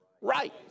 right